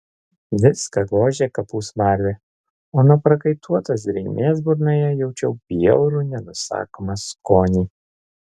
viską gožė kapų smarvė o nuo prakaituotos drėgmės burnoje jaučiau bjaurų nenusakomą skonį